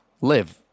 live